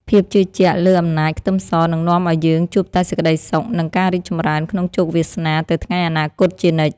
ភាពជឿជាក់លើអំណាចខ្ទឹមសនឹងនាំឱ្យយើងជួបតែសេចក្តីសុខនិងការរីកចម្រើនក្នុងជោគវាសនាទៅថ្ងៃអនាគតជានិច្ច។